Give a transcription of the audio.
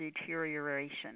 deterioration